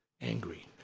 angry